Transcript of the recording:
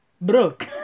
broke